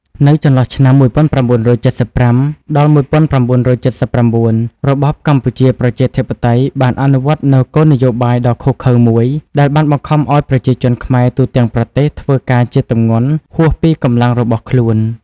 នៅចន្លោះឆ្នាំ ១៩៧៥ ដល់ ១៩៧៩ របបកម្ពុជាប្រជាធិបតេយ្យ បានអនុវត្តនូវគោលនយោបាយដ៏ឃោរឃៅមួយ ដែលបានបង្ខំឱ្យប្រជាជនខ្មែរទូទាំងប្រទេស ធ្វើការជាទម្ងន់ហួសពីកម្លាំងរបស់ខ្លួន។